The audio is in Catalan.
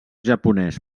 japonès